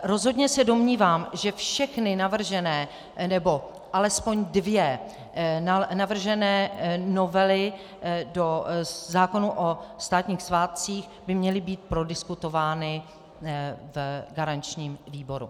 Rozhodně se domnívám, že všechny navržené, nebo alespoň dvě navržené novely do zákona o státních svátcích by měly být prodiskutovány v garančním výboru.